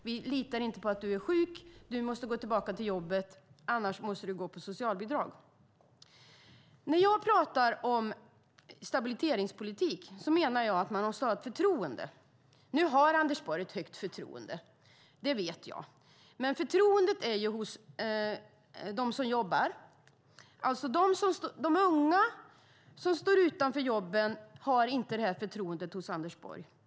Vi litar inte på att du är sjuk. Du måste gå tillbaka till jobbet, annars måste du gå på socialbidrag. När jag pratar om stabiliseringspolitik menar jag att man måste ha andras förtroende. Anders Borg har högt förtroende, det vet jag, men det är från dem som jobbar. De unga som står utanför jobben har inte förtroende för Anders Borg.